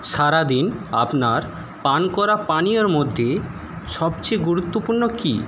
সারাদিন আপনার পান করা পানীয়ের মধ্যে সবচেয়ে গুরুত্বপূর্ণ কী